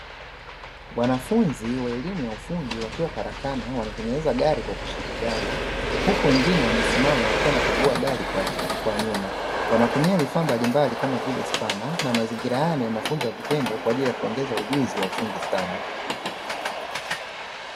Wanafunzi wa elimu ya ufundi wakiwa karakana wakitengeneza gari kwa kushirikiana, huku wengine wamesimama wakiwa wanakagua gari kwa nyuma. Wanatumia vifaa mbalimbali kama vile spana na mazingira haya ni ya mafunzo ya vitendo kwa ajili ya kuongeza ujuzi wa ufundi stadi.